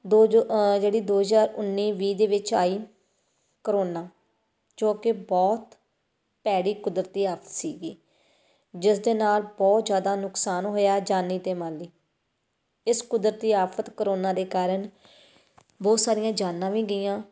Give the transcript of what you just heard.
ਦੋ ਜੋ ਜਿਹੜੀ ਦੋ ਹਜ਼ਾਰ ਉੱਨੀ ਵੀਹ ਦੇ ਵਿੱਚ ਆਈ ਕਰੋਨਾ ਜੋ ਕਿ ਬਹੁਤ ਭੈੜੀ ਕੁਦਰਤੀ ਆਫ਼ਤ ਸੀਗੀ ਜਿਸ ਦੇ ਨਾਲ ਬਹੁਤ ਜ਼ਿਆਦਾ ਨੁਕਸਾਨ ਹੋਇਆ ਜਾਨੀ ਅਤੇ ਮਾਲੀ ਇਸ ਕੁਦਰਤੀ ਆਫ਼ਤ ਕਰੋਨਾ ਦੇ ਕਾਰਣ ਬਹੁਤ ਸਾਰੀਆਂ ਜਾਨਾਂ ਵੀ ਗਈਆਂ